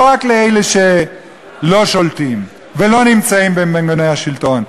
לא רק לאלה שלא שולטים ולא נמצאים במנעמי השלטון.